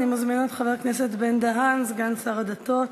אני מזמינה את חבר הכנסת בן-דהן, סגן שר הדתות,